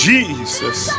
Jesus